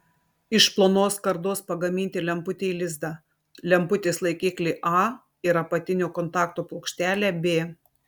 iš plonos skardos pagaminti lemputei lizdą lemputės laikiklį a ir apatinio kontakto plokštelę b